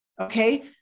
Okay